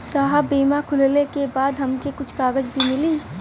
साहब बीमा खुलले के बाद हमके कुछ कागज भी मिली?